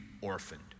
orphaned